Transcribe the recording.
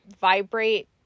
vibrate